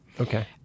Okay